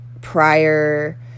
prior